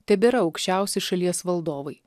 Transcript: tebėra aukščiausi šalies valdovai